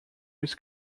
his